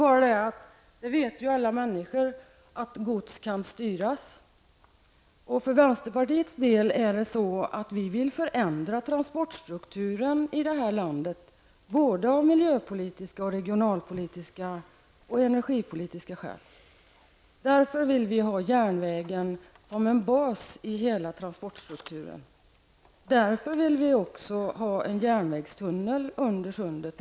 Alla människor vet ju att gods kan styras, och vi vill för vänsterpartiets del förändra transportstrukturen här i landet, både av miljöpolitiska, regionalpolitiska och energipolitiska skäl. Därför vill vi ha järnvägen som en bas i hela transportstrukturen. Därför vill vi också ha en järnvägstunnel under sundet.